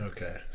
Okay